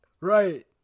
Right